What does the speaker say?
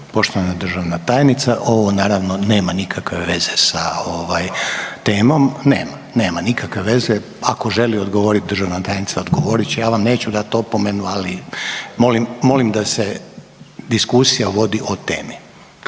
Poštovana državna tajnica, ovo naravno nema nikakve veze sa ovaj temom, nema, nema nikakve veze, ako želi odgovoriti državna tajnica odgovorit će, ja vam neću dati opomenu ali molim da se diskusija vodi o temi.